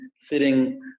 sitting